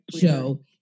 show